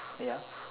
ya